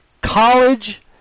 college